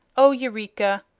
oh, eureka!